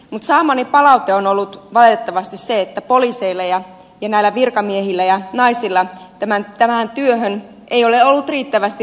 mutta saamani palaute on ollut valitettavasti se että poliiseilla ja näillä virkamiehillä ja naisilla tähän työhön ei ole ollut riittävästi resursseja